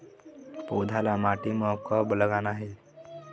पौधा ला माटी म कब लगाना हे?